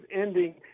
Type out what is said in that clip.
ending